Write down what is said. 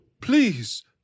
Please